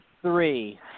three